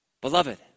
Beloved